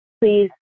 please